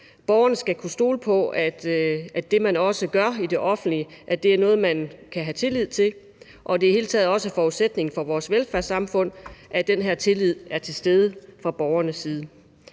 borgerne skal kunne stole på, at det, man gør i det offentlige, er noget, man kan have tillid til, og det er i det hele taget også forudsætningen for vores velfærdssamfund, at den her tillid er til stede fra borgernes side.